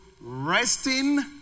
Resting